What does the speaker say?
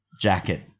jacket